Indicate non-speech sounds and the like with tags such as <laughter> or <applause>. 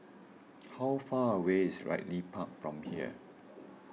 <noise> how far away is Ridley Park from here